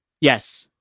Yes